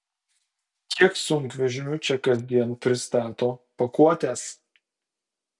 kiek sunkvežimių čia kasdien pristato pakuotes